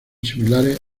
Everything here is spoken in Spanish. similares